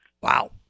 Wow